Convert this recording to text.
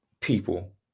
people